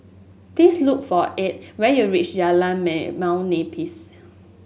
please look for Edd when you reach Jalan Limau Nipis